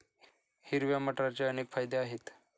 हिरव्या मटारचे अनेक फायदे आहेत